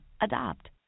Adopt